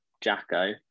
Jacko